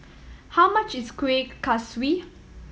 how much is Kueh Kaswi